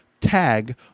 tag